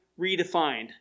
redefined